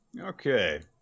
Okay